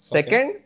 Second